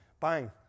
Bang